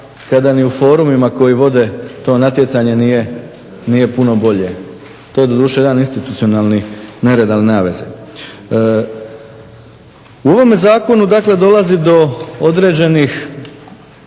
kada ni u forumima koji vode to natjecanje nije puno bolje. To je doduše jedan institucionalni nered, ali nema veze. U ovome zakonu, dakle dolazi do određenih